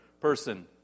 person